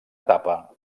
etapa